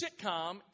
sitcom